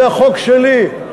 זה החוק שלי.